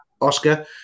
Oscar